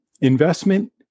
investment